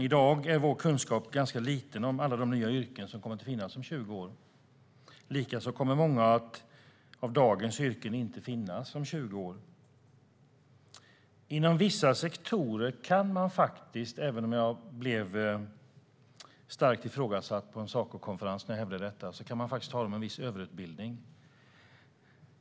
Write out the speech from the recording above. I dag är vår kunskap ganska liten om alla de nya yrken som kommer att finnas om 20 år. Likaså kommer många av dagens yrken inte att finnas om 20 år. Inom vissa sektorer kan man faktiskt, även om jag blev starkt ifrågasatt på en Sacokonferens när jag hävdade detta, tala om en viss överutbildning.